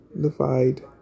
divide